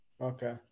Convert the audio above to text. Okay